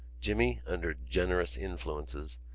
jimmy, under generous influences,